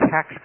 Tax